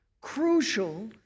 Crucial